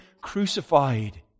crucified